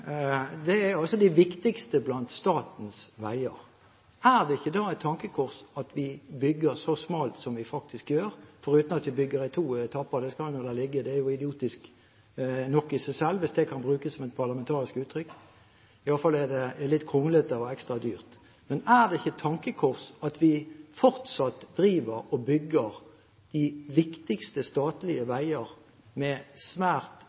Det er altså de viktigste blant statens veier. Er det ikke da et tankekors at vi bygger så smalt som vi faktisk gjør? Dessuten bygger vi i to etapper – det skal man la ligge, det er jo idiotisk nok i seg selv, hvis det kan brukes som et parlamentarisk uttrykk, iallfall er det litt kronglete og ekstra dyrt. Men er det ikke et tankekors at vi fortsatt driver og bygger de viktigste statlige veier med svært